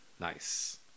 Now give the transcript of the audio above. Nice